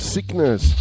Sickness